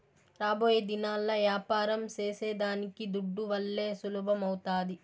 రాబోయేదినాల్ల యాపారం సేసేదానికి దుడ్డువల్లే సులభమౌతాది